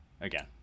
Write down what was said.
again